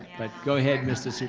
but go ahead mr. so